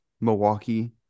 Milwaukee